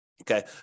okay